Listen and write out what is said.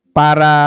para